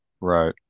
Right